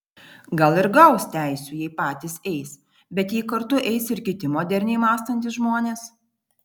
gal ir gaus teisių jei patys eis bei jei kartu eis ir kiti moderniai mąstantys žmonės